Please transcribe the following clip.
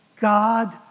God